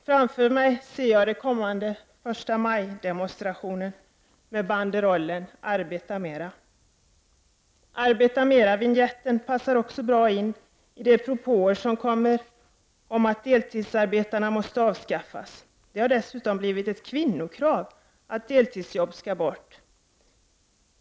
Framför mig ser jag hur man vid den kommande förstamajdemonstrationen går fram med banderoller där uppmaningen lyder: ”Arbeta mera!” Arbeta-mera-parollen passar också bra in i de propåer som kommit om att deltidsarbetena måste avskaffas. Det har dessutom blivit ett kvinnokrav att deltidsjobb skall bort.